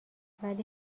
ولی